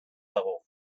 dago